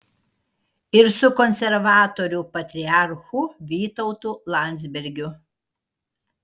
ir su konservatorių patriarchu vytautu landsbergiu